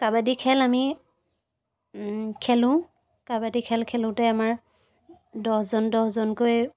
কাবাডি খেল আমি খেলোঁ কাবাডি খেল খেলোঁতে আমাৰ দহজন দহজনকৈ